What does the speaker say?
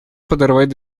подорвать